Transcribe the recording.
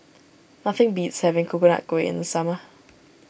nothing beats having Coconut Kuih in the summer